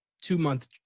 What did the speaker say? two-month